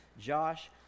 Josh